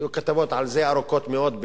היו כתבות על זה, ארוכות מאוד,